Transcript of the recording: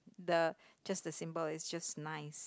the just the symbol is just nice